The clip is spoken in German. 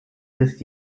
ist